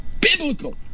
Biblical